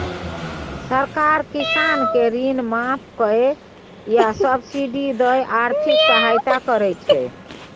सरकार किसान केँ ऋण माफ कए या सब्सिडी दए आर्थिक सहायता करै छै